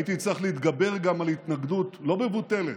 הייתי צריך להתגבר גם על התנגדות לא מבוטלת